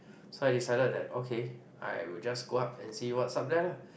so I decided that okay I would just go up and see what's up there lah